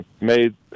made